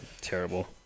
Terrible